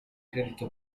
credito